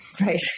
Right